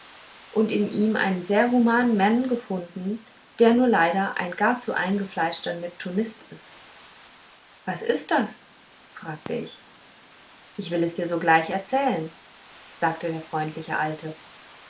und in ihm einen sehr humanen mann gefunden der nur leider ein gar zu eingefleischter neptunist ist was ist das fragte ich ich will es dir sogleich erzählen sagte der freundliche alte